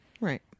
Right